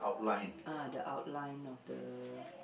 ah the outline of the